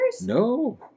No